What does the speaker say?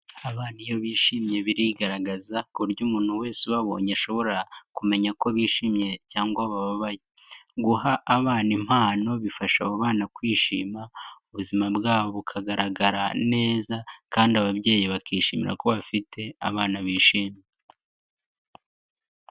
Abana iyo bishimye birigaragaza, ku buryo umuntu wese ubabonye ashobora kumenya ko bishimye cyangwa bababaye. Guha abana impano, bifasha abo bana kwishima, ubuzima bwabo bukagaragara neza, kandi ababyeyi bakishimira ko bafite abana bishimye.